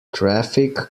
traffic